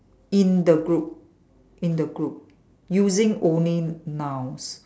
in the group in the group using only nouns